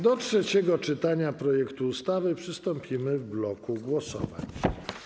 Do trzeciego czytania projektu ustawy przystąpimy w bloku głosowań.